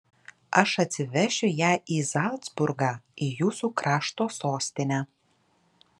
aš atsivešiu ją į zalcburgą į jūsų krašto sostinę